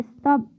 stop